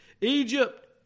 Egypt